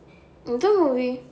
எந்த:entha movie